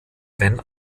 wenn